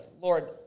Lord